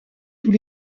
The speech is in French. tous